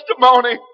testimony